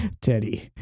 teddy